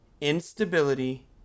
Instability